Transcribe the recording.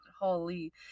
Holy